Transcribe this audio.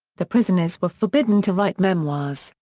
the prisoners were forbidden to write memoirs,